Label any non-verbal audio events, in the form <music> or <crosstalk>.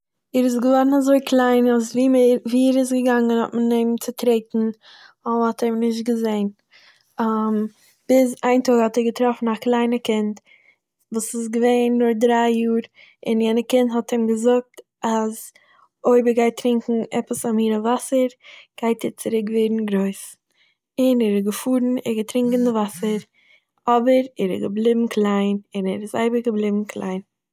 ער איז געוווארן אזוי קליין אז וו- וואו ער איז געגאנגען האט מען אים צעטרעטן, ווייל מען האט אים נישט געזעהן, <hesitation> ביז איין טאג האט ער געטראפן א קליינע קינד וואס איז געווען נאר דריי יאר, און יענע קינד האט אים געזאגט אז, אויב ער גייט טרינקען עפעס א מין וואסער - גייט ער צוריק ווערן גרויס. און ער איז געפארן, ער האט געטרינקען די וואסער אבער, ער איז געבליבן קליין, און ער איז אייביג געבליבן קליין